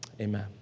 Amen